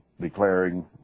declaring